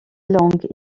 langue